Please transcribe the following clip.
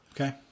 Okay